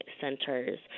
centers